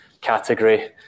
category